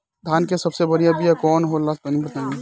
धान के सबसे बढ़िया बिया कौन हो ला तनि बाताई?